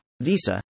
Visa